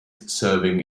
serving